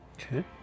Okay